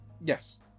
Yes